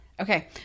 Okay